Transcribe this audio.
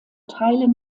teilen